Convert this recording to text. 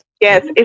Yes